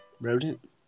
Rodent